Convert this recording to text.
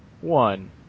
one